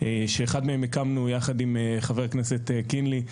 שאחד מהם הקמנו יחד עם חבר הכנסת קינלי,